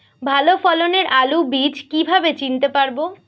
ভালো ফলনের আলু বীজ কীভাবে চিনতে পারবো?